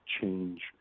change